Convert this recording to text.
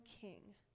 King